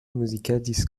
muzikadis